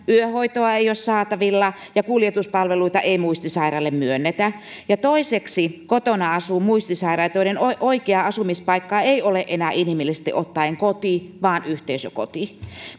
yöhoitoa ei ole saatavilla ja kuljetuspalveluita ei muistisairaille myönnetä toiseksi kotona asuu muistisairaita joiden oikea asumispaikka ei ole enää inhimillisesti ottaen koti vaan yhteisökoti